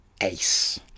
Ace